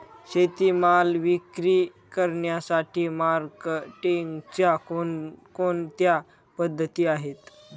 शेतीमाल विक्री करण्यासाठी मार्केटिंगच्या कोणकोणत्या पद्धती आहेत?